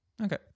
Okay